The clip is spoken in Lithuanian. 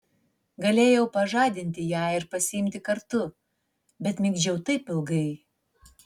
galėjau pažadinti ją ir pasiimti kartu bet migdžiau taip ilgai